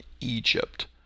Egypt